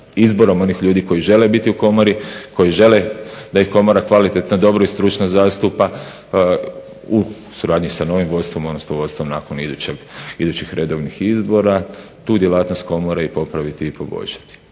izborom onih ljudi koji žele biti u komori koji žele da ih komora dobro i kvalitetno i stručno zastupa u suradnju sa novim vodstvom odnosno vodstvom nakon idućih redovnih izbora tu djelatnost komore i popraviti i poboljšati.